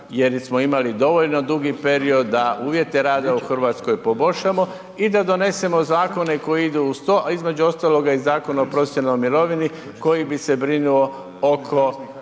jer smo imali dovoljno dugi period da uvjete rada u Hrvatskoj poboljšamo i da donesemo zakone koji idu uz to a između ostaloga i Zakon o profesionalnoj mirovini koji bi se brinuo oko